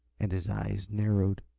and his eyes narrowed.